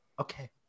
Okay